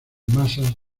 masas